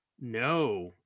No